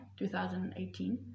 2018